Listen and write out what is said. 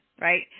right